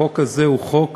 החוק הזה הוא חוק